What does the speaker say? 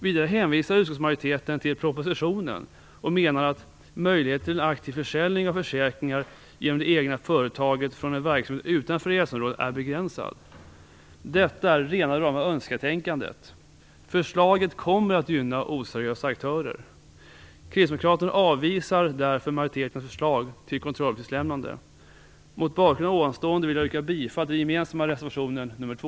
Vidare hänvisar utskottsmajoriteten till propositionen och menar att möjligheten till aktiv försäljning av försäkringar genom det egna företaget från en verksamhet utanför EES-området är begränsad. Detta är rena rama önsketänkandet. Förslaget kommer att gynna oseriösa aktörer. Kristdemokraterna avvisar därför majoritetens förslag till kontrolluppgiftslämnande. Mot bakgrund av detta vill jag yrka bifall till den gemensamma reservationen nr 2.